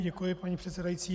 Děkuji, paní předsedající.